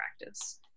practice